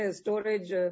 storage